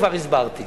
כבר הסברתי.